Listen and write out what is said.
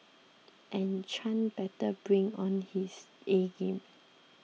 and Chan better bring on his A game